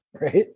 Right